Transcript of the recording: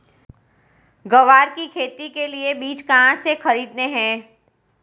ग्वार की खेती के लिए बीज कहाँ से खरीदने हैं?